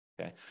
Okay